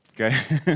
Okay